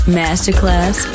masterclass